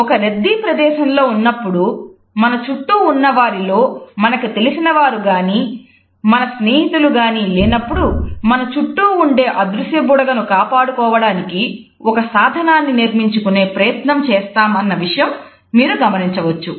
ఒక రద్దీ ప్రదేశంలో ఉన్నప్పుడు మన చుట్టూ ఉన్నవారిలో మనకు తెలిసిన వారు గాని మన స్నేహితులు గాని లేనప్పుడు మన చుట్టూ ఉండే అదృశ్య బుడగ ను కాపాడుకోవడానికి ఒక సాధనాన్ని నిర్మించుకునే ప్రయత్నం చేస్తామన్న విషయం మీరు గమనించవచ్చు